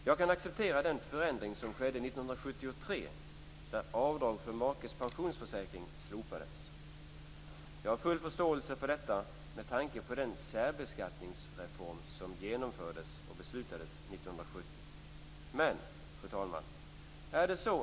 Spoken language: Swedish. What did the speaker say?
Jag kan acceptera den förändring som skedde 1973, då avdrag för makes pensionsförsäkring slopades. Jag har full förståelse för detta med tanke på den särbeskattningsreform som beslutades och genomfördes 1970. Fru talman!